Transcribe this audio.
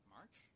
March